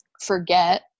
forget